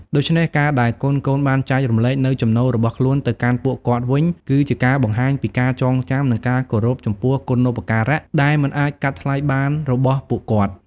ដូច្នេះ ការដែលកូនៗបានចែករំលែកនូវចំណូលរបស់ខ្លួនទៅកាន់ពួកគាត់វិញ គឺជាការបង្ហាញពីការចងចាំ និងការគោរពចំពោះគុណូបការៈដែលមិនអាចកាត់ថ្លៃបានរបស់ពួកគាត់។